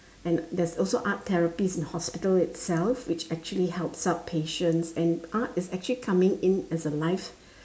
and there is also art therapists in hospitals itself which actually helps up patient and art is actually coming in as a life